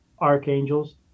archangels